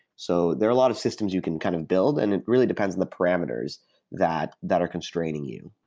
so there are a lot of systems you can kind of build and it really depends the parameters that that are constraining you.